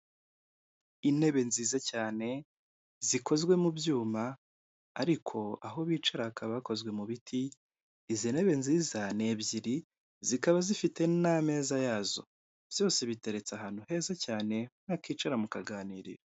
Intebe nziza cyane zikozwe mu byuma ariko aho bicara hakaba hakozwe mu biti, izi ntebe nziza ni ebyiri zikaba zifite n'ameza yazo, byose biteretse ahantu heza cyane mwakicara mukaganirira.